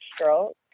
stroke